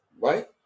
right